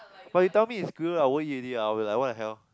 but you tell me it's squirrel I won't eat already ah I'll be like what the hell